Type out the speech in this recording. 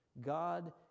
God